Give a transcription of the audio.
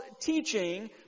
teaching